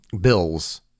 bills